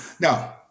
Now